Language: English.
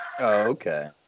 okay